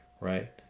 Right